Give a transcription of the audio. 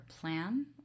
plan